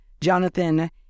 Jonathan